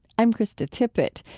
i'm krista tippett.